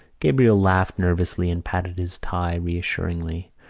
gabriel laughed nervously and patted his tie reassuringly,